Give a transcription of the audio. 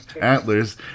antlers